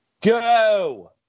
go